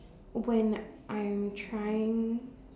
when I'm trying